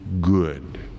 good